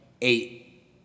eight